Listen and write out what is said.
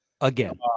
Again